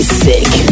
sick